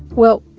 well,